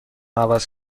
عوض